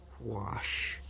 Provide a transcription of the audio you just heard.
wash